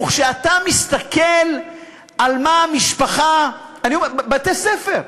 וכשאתה מסתכל על מה משפחה, בתי-ספר,